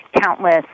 countless